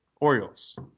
Orioles